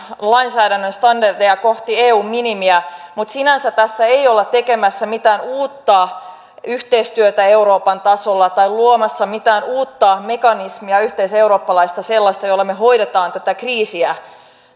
lainsäädännön standardeja kohti eun minimiä mutta sinänsä tässä ei olla tekemässä mitään uutta yhteistyötä euroopan tasolla tai luomassa mitään uutta mekanismia yhteiseurooppalaista sellaista jolla me hoidamme tätä kriisiä